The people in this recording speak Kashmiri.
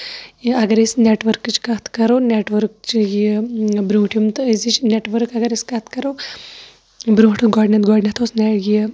یا اَگر أسۍ نیٹؤرکٕچ کَتھ کرو نیٹؤرک چھُ یہِ برونٹھِم تہٕ أزِچ نیٹؤرک اَگر أسۍ کَتھ کرو برونٹھٕ گۄڈٕنیٚتھ گۄڈٕنیٚتھ اوس مےٚ یہِ